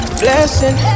blessing